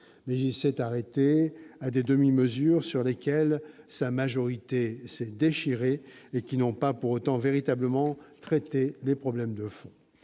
Mais il s'est arrêté à des demi-mesures sur lesquelles sa majorité s'est déchirée et qui n'ont pas véritablement traité les problèmes de fond